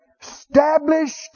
established